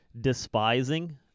despising